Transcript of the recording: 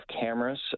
cameras